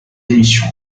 démission